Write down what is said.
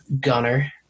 gunner